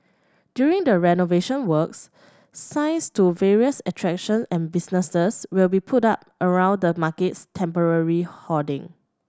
during the renovation works signs to various attraction and businesses will be put up around the market's temporary hoarding